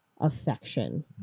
affection